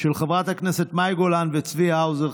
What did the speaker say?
של חברת הכנסת מאי גולן וצבי האוזר,